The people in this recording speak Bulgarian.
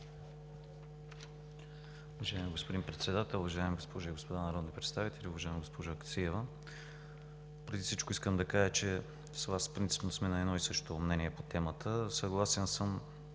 Уважаеми господин Председател, уважаеми госпожи и господа народни представители! Уважаема госпожо Аксиева, преди всичко искам да кажа, че с Вас принципно сме на едно и също мнение по темата. Съгласен съм,